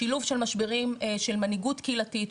שילוב של משברים של מנהיגות קהילתית,